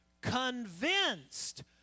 Convinced